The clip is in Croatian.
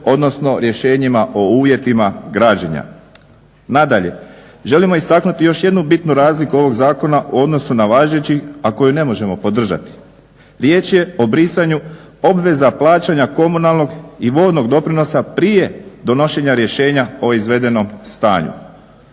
odnosno rješenjima o uvjetima građenja. Nadalje, želimo istaknuti još jednu bitnu razliku ovog zakona u odnosu na važeći, a koji ne možemo podržati. Riječ je o brisanju obveza plaćanja komunalnog i vodnog doprinosa prije donošenja rješenja o izvedenom stanju